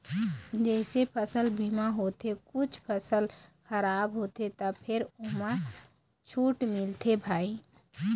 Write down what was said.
जइसे फसल बीमा होथे कुछ फसल खराब होथे त फेर ओमा छूट मिलथे भई